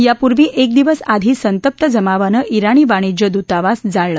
यापूर्वी एक दिवस आधी संतप्त जमावानं जिणी वाणिज्य दूतावास जाळलं